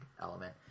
element